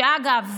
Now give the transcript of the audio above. שאגב,